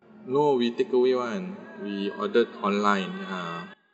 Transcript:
no we takeaway [one] we ordered online ya